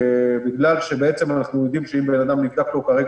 בגלל שאנחנו יודעים שאם יש לו נוגדנים,